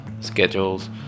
schedules